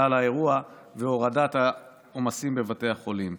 כלל האירוע והורדת העומסים בבתי החולים.